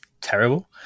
terrible